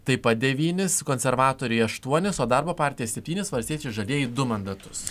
taip pat devynis konservatoriai aštuonis o darbo partija septynis valstiečiai žalieji du mandatus